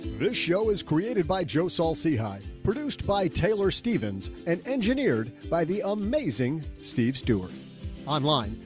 this show is created by joe salsi high produced by taylor stevens and engineered by the amazing steve stewart online.